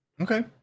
Okay